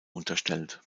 unterstellt